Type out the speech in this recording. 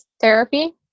therapy